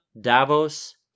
Davos